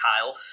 Kyle